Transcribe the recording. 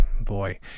boy